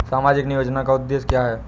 सामाजिक नियोजन का उद्देश्य क्या है?